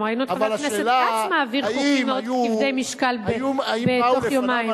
גם ראינו את חבר הכנסת כץ מעביר חוקים מאוד כבדי משקל בתוך יומיים.